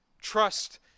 Trust